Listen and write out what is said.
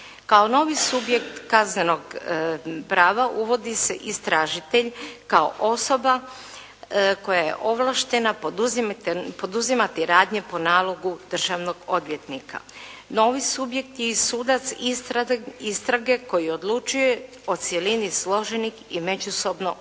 Kao novi subjekt kaznenog prava uvodi se istražitelj kao osoba koja je ovlaštena poduzimati radnje po nalogu državnog odvjetnika. No ovi subjekti i sudac istrage koji odlučuje o cjelini složenih i međusobno uvjetovanih